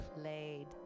Played